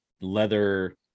leather